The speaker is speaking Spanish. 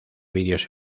videos